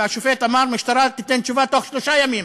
והשופט אמר: המשטרה תיתן תשובה בתוך שלושה ימים.